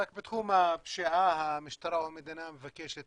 רק בתחום הפשיעה המשטרה או המדינה מבקשת